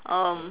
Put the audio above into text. um